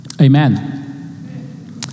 Amen